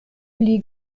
pli